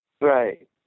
Right